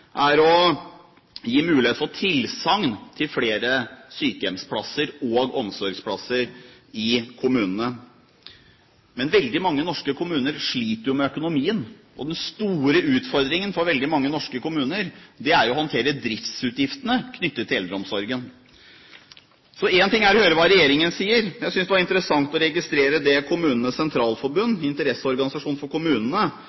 er å gi mulighet for tilsagn til flere sykehjemsplasser og omsorgsplasser i kommunene. Men veldig mange norske kommuner sliter jo med økonomien, og den store utfordringen for veldig mange av dem er å håndtere driftsutgiftene knyttet til eldreomsorgen. Én ting er å høre hva regjeringen sier, jeg syntes det var interessant å registrere det